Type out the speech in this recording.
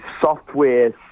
software